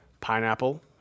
Pineapple